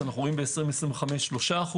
ב-2025 3%,